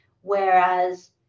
whereas